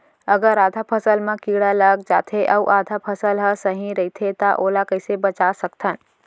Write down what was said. अगर आधा फसल म कीड़ा लग जाथे अऊ आधा फसल ह सही रइथे त ओला कइसे बचा सकथन?